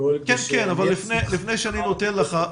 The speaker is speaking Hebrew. כן אבל לפני שאני נותן לך,